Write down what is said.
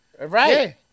Right